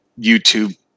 YouTube